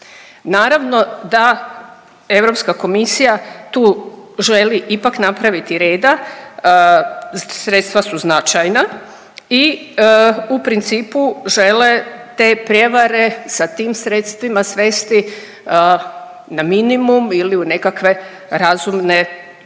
Naravno, da Europska komisija tu želi ipak napraviti reda, sredstva su značajna i u principu žele te prijevare sa tim sredstvima svesti na minimum ili u nekakve razumne